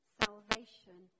salvation